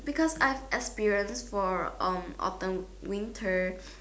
because I have experience for um autumn winter